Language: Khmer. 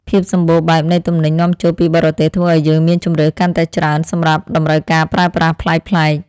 ភាពសម្បូរបែបនៃទំនិញនាំចូលពីបរទេសធ្វើឱ្យយើងមានជម្រើសកាន់តែច្រើនសម្រាប់តម្រូវការប្រើប្រាស់ប្លែកៗ។